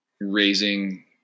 raising